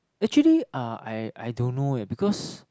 actually uh I I don't know eh because